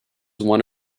one